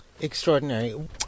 Extraordinary